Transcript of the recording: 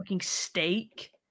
steak